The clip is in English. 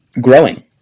growing